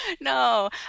no